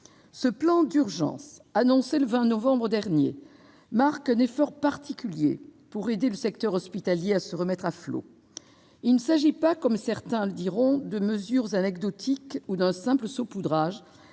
Ce plan d'urgence, annoncé le 20 novembre dernier, est l'expression d'un effort particulier pour aider le secteur hospitalier à se remettre à flot. Il s'agit non pas, comme certains le diront, de mesures anecdotiques ou d'un simple saupoudrage,